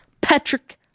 Patrick